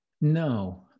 No